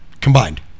combined